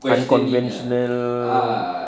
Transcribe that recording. macam conventional